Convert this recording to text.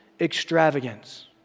extravagance